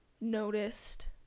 noticed